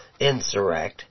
insurrect